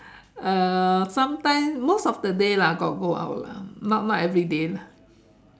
uh sometimes most of the day lah got go out lah not not everyday